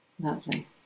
Lovely